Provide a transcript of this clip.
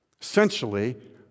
Essentially